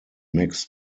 mixed